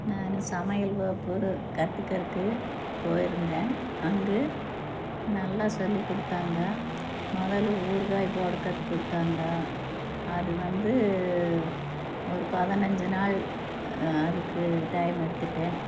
நான் சமையல் வகுப்பு கற்றுக்கறக்கு போயிருந்தேன் அங்கே நல்லா சொல்லி கொடுத்தாங்க முதல்ல ஊறுகாய் போட கற்றுக் கொடுத்தாங்க அது வந்து ஒரு பதனஞ்சு நாள் அதுக்கு டைம் எடுத்துகிட்டன்